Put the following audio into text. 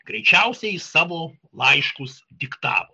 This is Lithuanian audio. greičiausiai savo laiškus diktavo